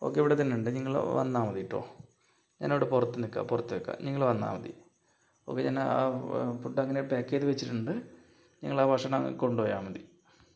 okay ഇവിടെ തന്നെയുണ്ട് നിങ്ങൾ വന്നാൽമതി കേട്ടോ ഞാനവിടെ പുറത്ത് നിൽക്കാം പുറത്ത് നിൽക്കാം നിങ്ങൾ വന്നാൽമതി ഓക്കെ ഞാൻ ആ ഫുഡ് അങ്ങനെ പാക്ക് ചെയ്ത് വച്ചിട്ടുണ്ട് നിങ്ങൾ ആ ഭക്ഷണം കൊണ്ടു പോയാൽമതി